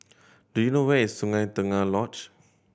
do you know where is Sungei Tengah Lodge